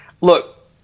Look